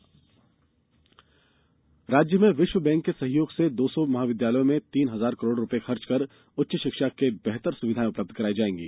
शिक्षा बजट राज्य में विश्व बैंक के सहयोग से दो सौ महाविद्यालयों में तीन हजार करोड़ रूपए खर्च कर उच्च शिक्षा की बेहतर सुविधाएं उपलब्ध कराई जाएंगी